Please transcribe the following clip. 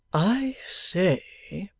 i say,